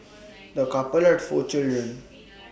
the couple had four children